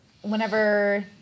whenever